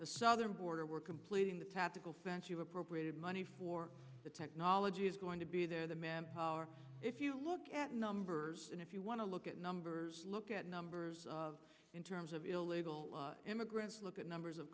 the southern border we're completing the tactical sense you appropriated money for the technology is going to be there the man if you look at numbers and if you want to look at numbers look at numbers in terms of illegal immigrants look at numbers